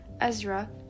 Ezra